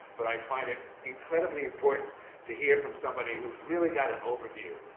but i find it incredibly important to hear from somebody who's really got an overview,